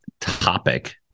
topic